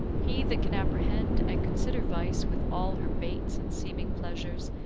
he that can apprehend and consider vice with all her baits and seeming pleasures,